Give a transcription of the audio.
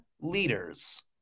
leaders